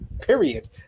Period